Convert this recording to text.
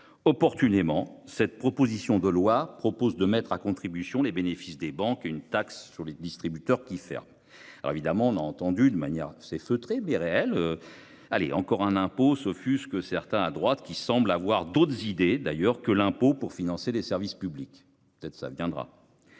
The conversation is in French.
Opportunément cette proposition de loi propose de mettre à contribution les bénéfices des banques. Une taxe sur les distributeurs qui ferme. Alors évidemment on a entendu une manière c'est feutré mais réel. Allez encore un impôt s'offusque certains à droite qui semble avoir d'autres idées d'ailleurs que l'impôt pour financer les services publics. Ça viendra.